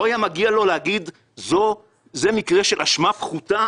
לא היה מגיע לו להגיד שזה מקרה של אשמה פחותה